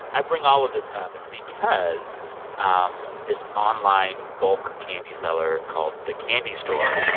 i bring all of this up because um this online bulk candy seller called the candy store,